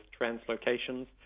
translocations